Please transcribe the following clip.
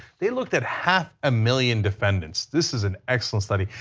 they looked at half a million defendants. this is an excellent study.